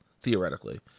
theoretically